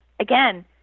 Again